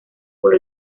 por